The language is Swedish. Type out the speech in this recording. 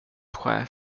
chef